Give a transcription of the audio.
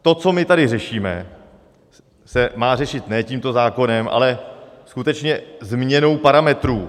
To, co my tady řešíme, se má řešit ne tímto zákonem, ale skutečně změnou parametrů.